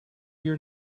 your